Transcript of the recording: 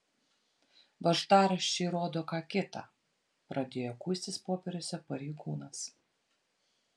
važtaraščiai rodo ką kita pradėjo kuistis popieriuose pareigūnas